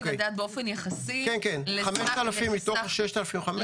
רציתי לדעת באופן יחסי לסך השטח.